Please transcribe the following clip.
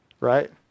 right